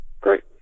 Great